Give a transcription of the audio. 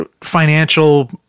financial